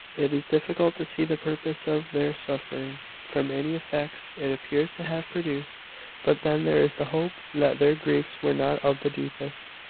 it is difficult to see the purpose of their suffering, from any effects it appears to have produced but then there is the hope that their griefs were not of the deepest.